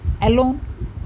alone